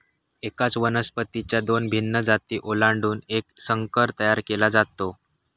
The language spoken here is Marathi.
एकाच वनस्पतीच्या दोन भिन्न जाती ओलांडून एक संकर तयार केला जातो